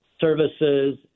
services